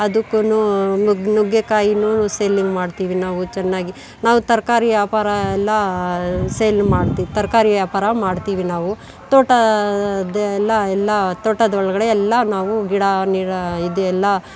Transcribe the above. ಅದುಕ್ಕೂ ನುಗ್ಗೆ ನುಗ್ಗೆಕಾಯಿನೂ ಸೇಲಿಂಗ್ ಮಾಡ್ತೀವಿ ನಾವು ಚೆನ್ನಾಗಿ ನಾವು ತರಕಾರಿ ವ್ಯಾಪಾರ ಎಲ್ಲ ಸೇಲ್ ಮಾಡ್ತೀವಿ ತರಕಾರಿ ವ್ಯಾಪಾರ ಮಾಡ್ತೀವಿ ನಾವು ತೋಟದ ಎಲ್ಲ ಎಲ್ಲ ತೋಟದೊಳ್ಗಡೆ ಎಲ್ಲ ನಾವು ಗಿಡ ಇದು ಎಲ್ಲ